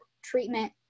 treatment